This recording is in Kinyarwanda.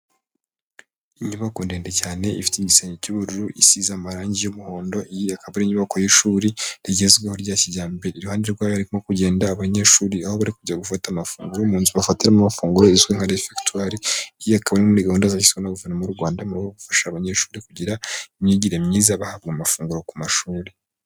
Inyubako ndende cyane ifite igisenge cy'ubururu isize amarangi y'umuhondo, iyi akaba ari inyubako y'ishuri rigezweho rya kijyambere. Iruhande rwayo harimo kugenda abanyeshuri aho bari kujya gufata amafunguro mu nzu bafamo amafunguro izwi nka refegitwari, iyi akaba ari muri gahunda zashyizweho na guverinoma y' u Rwanda mu gufasha abanyeshuri kugira imyigire myiza bahabwa amafunguro ku mashuri